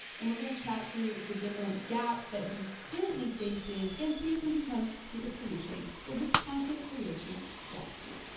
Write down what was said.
and we're gonna chat through the different gaps that he's currently facing and see if we can come to a solution for his content creation strategy.